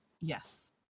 Yes